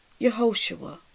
Yehoshua